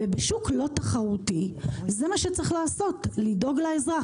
ובשוק לא תחרותי זה מה שצריך לעשות, לדאוג לאזרח.